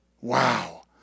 Wow